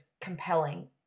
compelling